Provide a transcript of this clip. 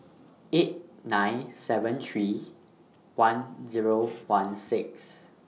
eight nine seven three one Zero one six